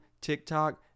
TikTok